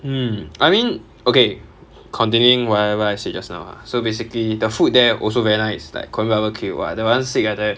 mm I mean okay continuing whatever I said just now ah so basically the food there also very nice like korean barbecue !wah! that [one] sick I tell you